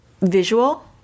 visual